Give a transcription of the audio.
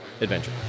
adventure